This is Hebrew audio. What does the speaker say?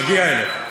נגיע אליך.